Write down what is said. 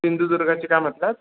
सिंधुदुर्गाचे काय म्हणतात